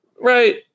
right